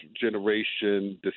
generation